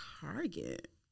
Target